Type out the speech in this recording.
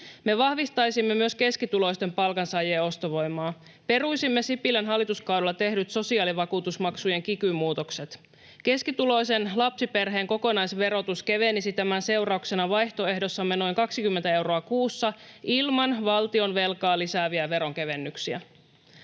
Me vahvistaisimme myös keskituloisten palkansaajien ostovoimaa. Peruisimme Sipilän hallituskaudella tehdyt sosiaalivakuutusmaksujen kiky-muutokset. Keskituloisen lapsiperheen kokonaisverotus kevenisi tämän seurauksena vaihtoehdossamme noin 20 euroa kuussa ilman valtionvelkaa lisääviä veronkevennyksiä.